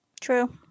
True